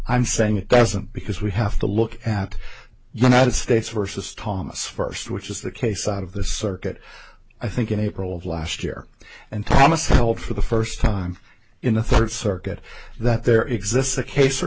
i'm saying it doesn't because we have to look at united states versus thomas first which is the case out of the circuit i think in april of last year and thomas help for the first time in the third circuit that there exists a case or